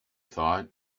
thought